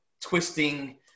twisting